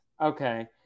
Okay